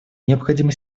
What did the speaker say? необходимы